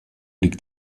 liegt